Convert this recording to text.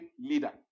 leader